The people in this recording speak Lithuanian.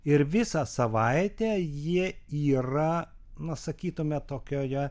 ir visą savaitę jie yra na sakytumėme tokioje